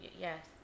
Yes